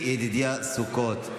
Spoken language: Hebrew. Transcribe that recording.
חבר הכנסת צבי ידידיה סוכות,